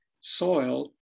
soil